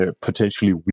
potentially